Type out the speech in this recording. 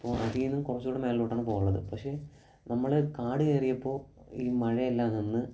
അപ്പോൾ അതിൽ നിന്നും കുറച്ചുകൂടെ മുകളിലോട്ട് ആണ് പോവാനുള്ളത് പക്ഷെ നമ്മൾ കാടു കയറിയപ്പോൾ ഈ മഴയെല്ലാം നിന്ന്